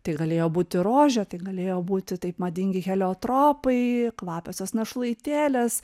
tai galėjo būti rožė tai galėjo būti taip madingi heliotropai kvapiosios našlaitėlės